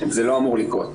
זה לא אמור לקרות.